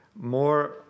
more